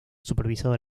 supervisado